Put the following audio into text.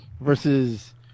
versus